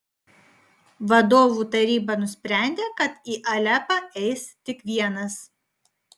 vadovų taryba nusprendė kad į alepą eis tik vienas